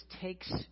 takes